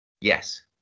yes